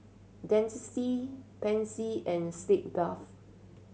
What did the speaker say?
Dentiste Pansy and Sitz Bath